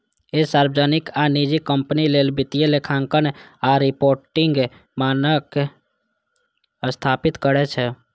ई सार्वजनिक आ निजी कंपनी लेल वित्तीय लेखांकन आ रिपोर्टिंग मानक स्थापित करै छै